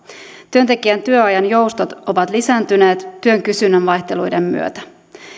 työntekijän työajan joustot ovat lisääntyneet työn kysynnän vaihteluiden myötä